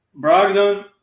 Brogdon